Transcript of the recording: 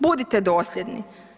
Budite dosljedni!